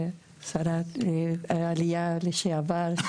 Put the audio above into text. שרת העלייה לשעבר,